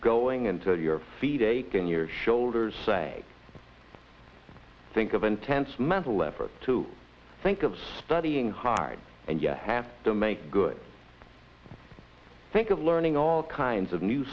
growing until your feet ache in your shoulders say think of intense mental effort to think of studying hard and you have to make good think of learning all kinds of new